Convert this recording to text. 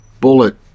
bullet